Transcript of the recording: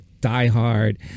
diehard